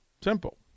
Simple